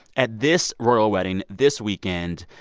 at this royal wedding this weekend,